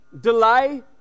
delay